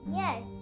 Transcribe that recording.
yes